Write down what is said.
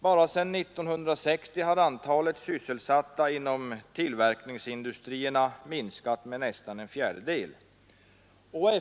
Bara sedan 1960 har antalet sysselsatta inom tillverkningsindustrierna minskat med nästan en fjärdedel.